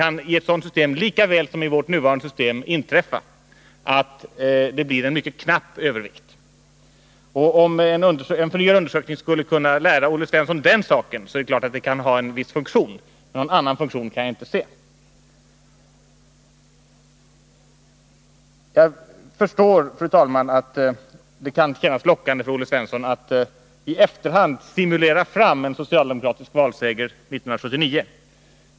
Med ett sådant system kan det, lika väl som i vårt nuvarande system, bli en mycket knapp övervikt. Om en förnyad undersökning skulle kunna lära Olle Svensson den saken, är det klart att den kunde ha en viss funktion. Någon annan funktion kan jag inte se att den skulle kunna ha. Fru talman! Jag förstår att det kan synas lockande för Olle Svensson att i efterhand simulera fram en socialdemokratisk valseger 1979.